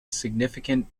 significant